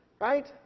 right